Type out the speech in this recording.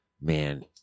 Man